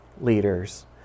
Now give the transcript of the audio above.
leaders